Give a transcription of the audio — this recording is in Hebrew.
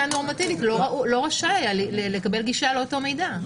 הנורמטיבית לא היה רשאי לקבל גישה לאותו מידע.